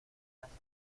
hacia